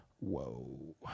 Whoa